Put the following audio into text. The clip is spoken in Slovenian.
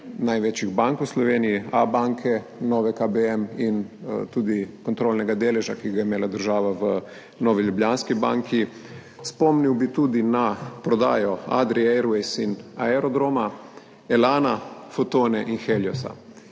največjih bank v Sloveniji, Abanke, Nove KBM in tudi kontrolnega deleža, ki ga je imela država v Novi Ljubljanski banki. Spomnil bi tudi na prodajo Adrie Airways in Aerodroma, Elana, Fotone in Heliosa.